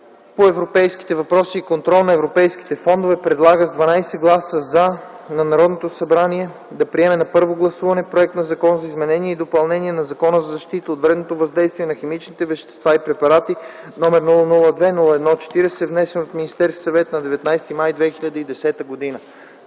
по европейските въпроси и контрол на европейските фондове предлага с 12 гласа „за” на Народното събрание да приеме на първо гласуване Законопроект за изменение и допълнение на Закона за защита от вредното въздействие на химичните вещества и препарати, № 002-01-40, внесен от Министерския съвет на 19 май 2010 г.”